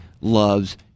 loves